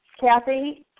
Kathy